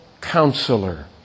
counselor